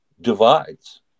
divides